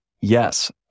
Yes